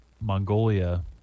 Mongolia